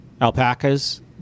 Alpacas